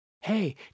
Hey